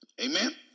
Amen